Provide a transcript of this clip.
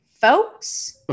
folks